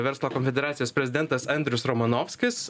verslo konfederacijos prezidentas andrius romanovskis